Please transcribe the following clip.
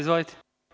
Izvolite.